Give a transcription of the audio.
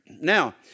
Now